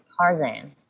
Tarzan